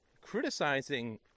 criticizing